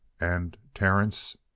and terence?